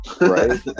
right